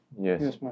Yes